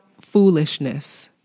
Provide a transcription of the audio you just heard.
foolishness